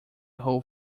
whole